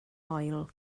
moel